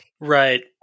right